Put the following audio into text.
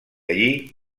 allí